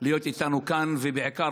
אז עיתון הארץ קבע אחרת וכולכם מתיישרים